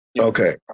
Okay